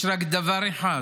יש רק דבר אחד